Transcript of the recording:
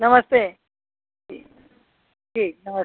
नमस्ते जी ठीक नमस्ते